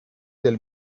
del